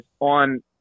on